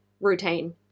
routine